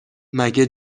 مگه